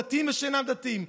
דתיים ושאינם דתיים,